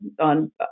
on